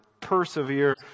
persevere